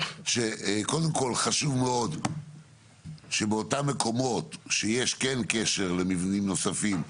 שקודם כל חשוב מאוד שבאותם מקומות שיש כן קשר למבנים נוספים,